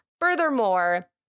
Furthermore